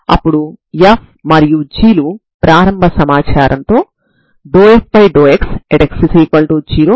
కాబట్టి ఈ విధంగా మనం ఈ సరిహద్దు నియమాలలో ఏదో ఒకదానితో ఒక సమస్య ఏర్పరచ వచ్చు